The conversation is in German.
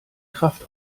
kraft